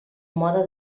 mode